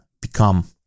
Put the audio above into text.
become